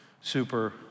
super